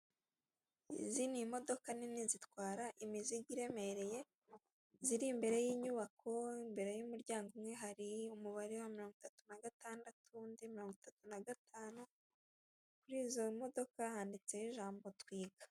Izi ni imodoka nini zitwara imizigo iremereye, ziri imbere y'inyubako imbere y'umuryango umwe hari umubare wa mirongo itatu na gatandatu undi mirongo itatu na gatanu, kuri izo modoka handitseho ijambo twika.